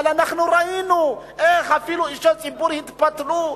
אבל ראינו איך אפילו אישי ציבור התפתלו,